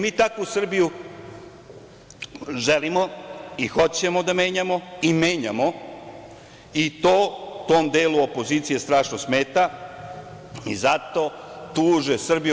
Mi takvu Srbiju želimo i hoćemo da menjamo, i menjamo i to, tom delu opozicije strašno smeta, zato tuže Srbiju.